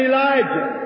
Elijah